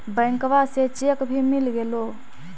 बैंकवा से चेक भी मिलगेलो?